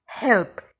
help